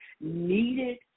needed